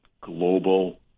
global